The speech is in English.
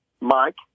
Mike